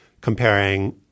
comparing